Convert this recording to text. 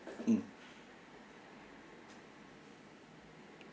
mm